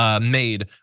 made